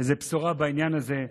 איזה בשורה בעניין הזה,